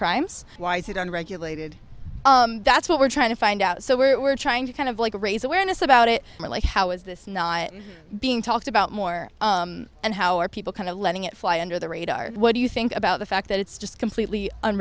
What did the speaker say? crimes why is it unregulated that's what we're trying to find out so we're trying to kind of like raise awareness about it or like how is this not being talked about more and how are people kind of letting it fly under the radar what do you think about the fact that it's just completely